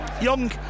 Young